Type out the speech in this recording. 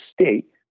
state